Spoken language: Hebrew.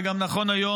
וגם נכון היום,